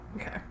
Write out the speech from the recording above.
okay